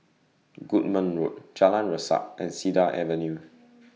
Goodman Road Jalan Resak and Cedar Avenue